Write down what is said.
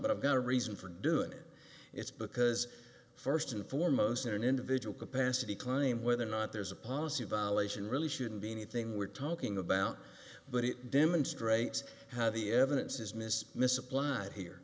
but i've got a reason for doing it it's because first and foremost an individual capacity climb whether or not there's a policy violation really shouldn't be anything we're talking about but it demonstrates how the evidence is mis misapplied here